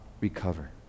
recover